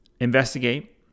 investigate